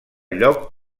lloc